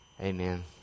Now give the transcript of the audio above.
Amen